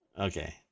Okay